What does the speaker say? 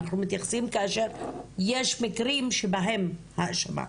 אנחנו מתייחסים כאשר יש מקרים שבהם יש האשמה.